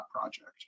project